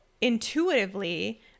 intuitively